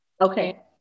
Okay